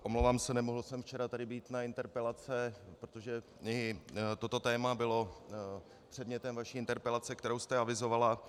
Omlouvám se, nemohl jsem včera tady být na interpelace, protože i toto téma bylo předmětem vaší interpelace, kterou jste avizovala.